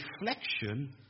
reflection